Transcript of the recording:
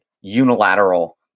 unilateral